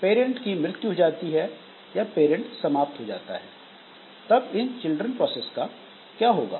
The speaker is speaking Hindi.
पेरेंट्स की मृत्यु हो जाती है या पैरेंट समाप्त हो जाता है तब इन चिल्ड्रन प्रोसेस का क्या होगा